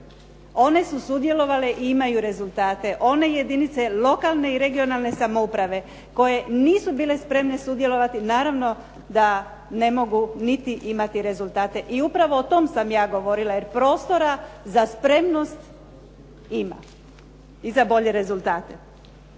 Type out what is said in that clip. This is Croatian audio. one su sudjelovale i imaju rezultate. One jedinice lokalne i regionalne samouprave koje nisu bile spremne sudjelovati naravno da ne mogu niti imati rezultate. I upravo o tom sam ja govorila, jer prostora za spremnost ima i za bolje rezultate.